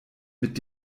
mit